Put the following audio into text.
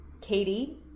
Katie